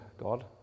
God